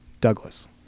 douglas